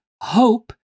hope